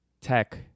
tech